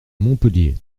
montpellier